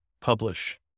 publish